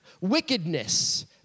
wickedness